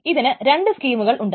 ഇതിന് രണ്ട് സ്കീമുകൾ ഉണ്ട്